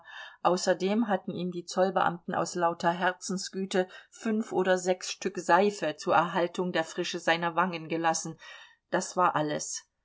außerdem hatten ihm die zollbeamten aus lauter herzensgüte fünf oder sechs stück seife zur erhaltung der frische seiner wangen gelassen das war alles